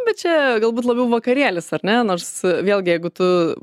bet čia galbūt labiau vakarėlis ar ne nors vėlgi jeigu tu